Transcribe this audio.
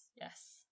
yes